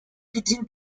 within